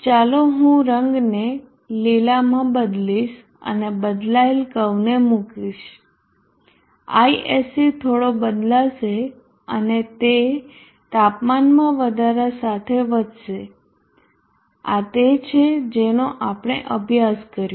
ચાલો હું રંગને લીલામાં બદલીશ અને બદલાયેલ કર્વને મુકીશ Isc થોડો બદલાશે અને તે તાપમાનમાં વધારા સાથે વધશે આ તે છે જેનો આપણે અભ્યાસ કર્યો